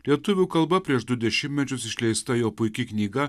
lietuvių kalba prieš du dešimtmečius išleista jo puiki knyga